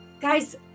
Guys